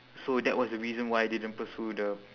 so that was the reason why I didn't pursue the